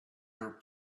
your